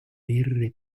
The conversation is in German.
mehrere